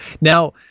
Now